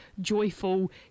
joyful